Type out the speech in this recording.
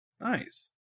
Nice